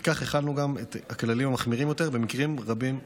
ובכך החלנו את הכללים המחמירים יותר במקרים רבים יותר.